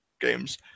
games